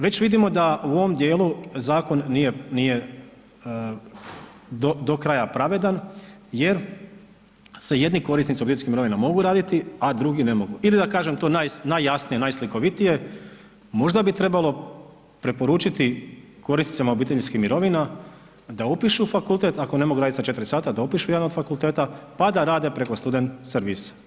Već vidimo da u ovom dijelu zakon nije do kraja pravedan jer jedni korisnici obiteljskih mirovina mogu raditi, a drugi ne mogu ili da kažem to najjasnije, najslikovitije, možda bi trebalo preporučiti korisnicima obiteljskih mirovina da upišu fakultet ako ne mogu raditi sa četiri sata, da upišu jedan od fakulteta pa da rade preko student servisa.